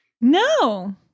No